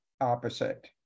opposite